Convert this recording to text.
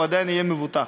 הוא עדיין יהיה מבוטח.